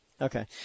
Okay